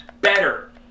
better